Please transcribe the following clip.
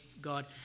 god